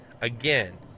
Again